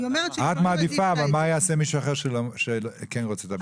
את מעדיפה אבל מה יעשה מישהו אחר שכן רוצה לבחור?